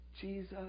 Jesus